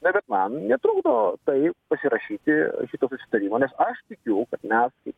na bet man netrukdo tai pasirašyti šito susitarimo nes aš tikiu kad mes